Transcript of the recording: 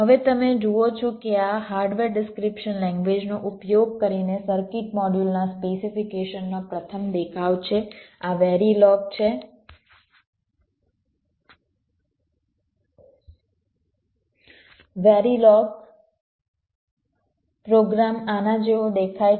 હવે તમે જુઓ છો કે આ હાર્ડવેર ડિસ્ક્રિપ્શન લેંગ્વેજનો ઉપયોગ કરીને સર્કિટ મોડ્યુલના સ્પેસિફીકેશનનો પ્રથમ દેખાવ છે આ વેરીલોગ છે વેરીલોગ પ્રોગ્રામ આના જેવો દેખાય છે